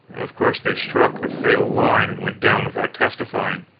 of course they struck the fatal line and went down without testifying.